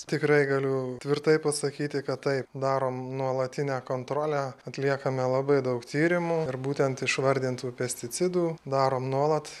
tikrai galiu tvirtai pasakyti kad taip darom nuolatinę kontrolę atliekame labai daug tyrimų ir būtent išvardintų pesticidų darom nuolat